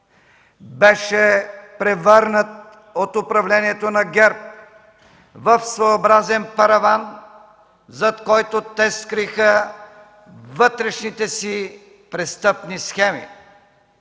беше превърнат от управлението на ГЕРБ в своеобразен параван, зад който те скриха вътрешните си престъпни схеми.